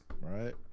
Right